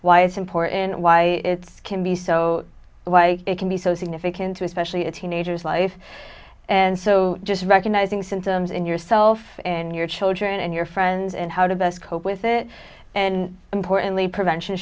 why it's important why it can be so why it can be so significant especially a teenager's life and so just recognizing symptoms in yourself in your children and your friends and how to best cope with it and importantly prevention